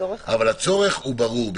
אבל הצורך הוא ברור.